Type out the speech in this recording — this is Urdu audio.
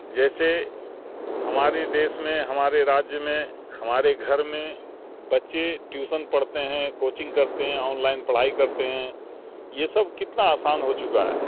جیسے ہمارے دیس میں ہمارے راجیہ میں ہمارے گھر میں بچے ٹیوشن پڑھتے ہیں کوچنگ کرتے ہیں آن لائن پڑھائی کرتے ہیں یہ سب کتنا آسان ہو چکا ہے